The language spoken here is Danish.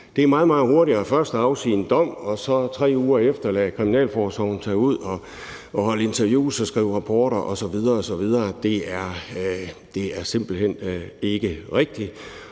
meget, meget hurtigere først at afsige en dom og så 3 uger efter lade kriminalforsorgen tage ud og holde interviews og skrive rapporter osv. osv. Det er simpelt hen ikke rigtigt.